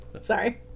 Sorry